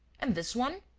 and this one?